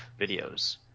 videos